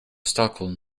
stockholm